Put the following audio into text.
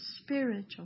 spiritual